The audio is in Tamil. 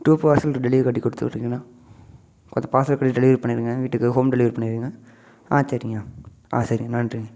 டூ பார்சல் டெலிவரி கட்டிக் கொடுத்து விடுறீங்களா கொஞ்சம் பார்சல் கட்டி டெலிவரி பண்ணிருங்க வீட்டுக்கு ஹோம் டெலிவரி பண்ணிருங்க ஆ சரிங்க ஆ சரிங்க நன்றிங்க